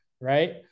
Right